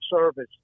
service